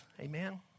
Amen